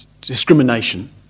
discrimination